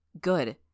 Good